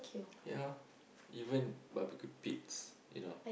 ya even barbecue pits you know